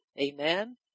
Amen